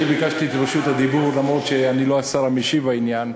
אני ביקשתי את רשות הדיבור אף שאני לא השר המשיב בעניין.